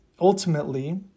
ultimately